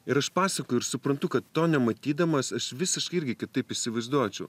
ir aš pasakoju ir suprantu kad to nematydamas aš visiškai irgi kitaip įsivaizduočiau